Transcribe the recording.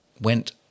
went